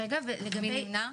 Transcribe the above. מי נמנע?